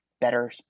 better